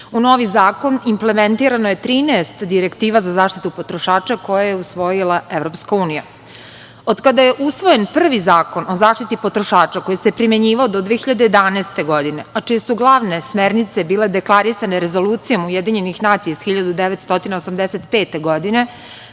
U novi zakon implementirano je 13 direktiva za zaštitu potrošača koje je usvojila EU.Od kada je usvojen prvi Zakon o zaštiti potrošača, koji se primenjivao do 2011. godine, a čije su glavne smernice bile deklarisane Rezolucijom UN iz 1985. godine,